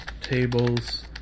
tables